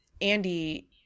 andy